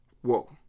Whoa